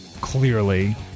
clearly